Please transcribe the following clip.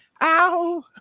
Ow